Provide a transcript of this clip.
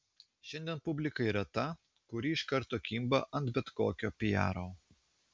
šiandien publika yra ta kuri iš karto kimba ant bet kokio piaro